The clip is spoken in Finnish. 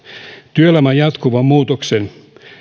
työelämän jatkuvan muutoksen